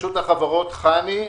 רשות החברות, חנ"י,